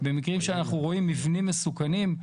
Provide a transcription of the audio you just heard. במקרים שאנחנו רואים מבנים מסוכנים,